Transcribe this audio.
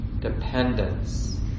dependence